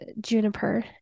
juniper